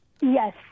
Yes